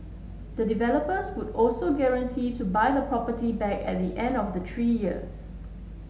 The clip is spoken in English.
the developers would also guarantee to buy the property back at the end of the three years